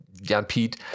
Jan-Piet